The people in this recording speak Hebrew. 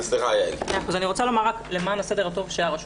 אנחנו רוצים שתהיה כתובת אחת לארגונים.